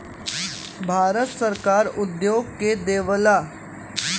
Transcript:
भारत सरकार उद्योग के देवऽला